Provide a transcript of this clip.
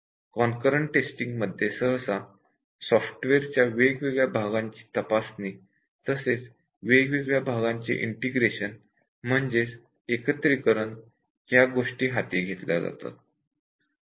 concurrent टेस्टिंगमध्ये सहसा सॉफ्टवेअरच्या वेगवेगळ्या भागांची तपासणी तसेच वेगवेगळ्या भागांचे इंटिग्रेशन म्हणजेच एकत्रीकरण या गोष्टी हाती घेतल्या जातात